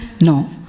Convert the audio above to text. No